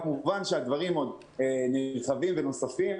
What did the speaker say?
כמובן שהדברים עוד רחבים ויש דברים נוספים